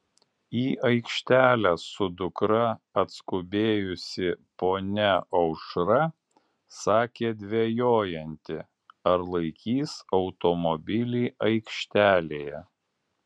į aikštelę su dukra atskubėjusi ponia aušra sakė dvejojanti ar laikys automobilį aikštelėje